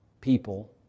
people